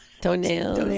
Toenails